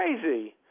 crazy